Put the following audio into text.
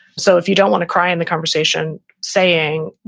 so if you don't want to cry in the conversation saying,